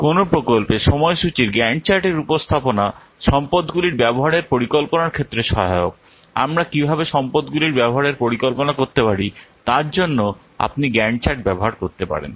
কোনও প্রকল্পের সময়সূচীর গ্যান্ট চার্টের উপস্থাপনা সম্পদগুলির ব্যবহারের পরিকল্পনার ক্ষেত্রে সহায়ক আমরা কীভাবে সম্পদগুলির ব্যবহারের পরিকল্পনা করতে পারি তার জন্য আপনি গ্যান্ট চার্ট ব্যবহার করতে পারেন